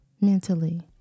mentally